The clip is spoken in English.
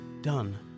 done